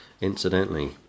incidentally